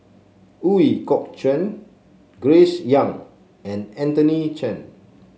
Ooi Kok Chuen Grace Young and Anthony Chen